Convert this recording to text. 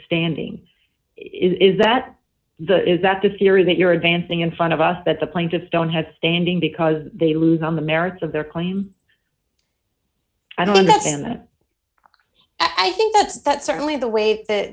standing is that the is that the theory that you're advancing in front of us that the plaintiffs don't have standing because they lose on the merits of their claim i don't understand that i think that certainly the way that